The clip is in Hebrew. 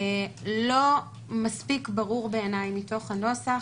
לא מספיק ברור בעיניי מתוך הנוסח